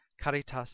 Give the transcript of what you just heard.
Caritas